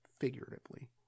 figuratively